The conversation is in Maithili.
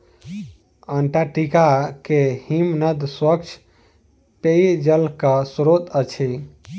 अंटार्टिका के हिमनद स्वच्छ पेयजलक स्त्रोत अछि